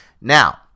Now